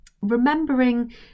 remembering